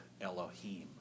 Elohim